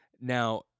Now